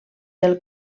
del